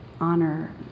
honor